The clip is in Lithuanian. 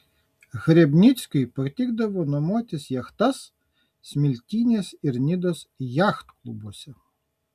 hrebnickiui patikdavo nuomotis jachtas smiltynės ir nidos jachtklubuose